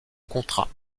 contrat